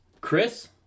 Chris